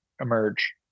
emerge